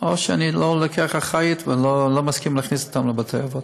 או שאני לא לוקח אחריות ולא מסכים להכניס אותם לבתי-אבות.